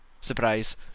surprise